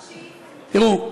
תראו,